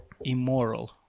immoral